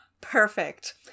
Perfect